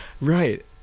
right